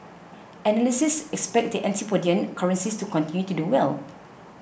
analysts expect the antipodean currencies to continue to do well